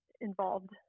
involved